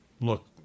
look